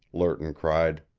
lerton cried.